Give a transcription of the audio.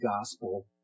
gospel